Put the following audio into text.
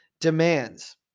demands